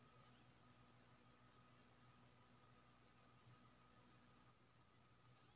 सलाना लगभग दू लाख तनख्वाह छै हमर त कत्ते तक के क्रेडिट कार्ड बनतै?